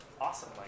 awesome